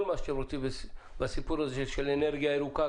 כל מה שאתם רוצים בסיפור הזה של אנרגיה ירוקה,